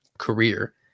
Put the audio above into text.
career